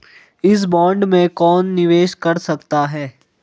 इस बॉन्ड में कौन निवेश कर सकता है?